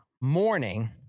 morning